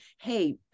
hey